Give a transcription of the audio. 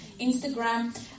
Instagram